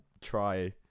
try